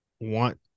want